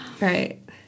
right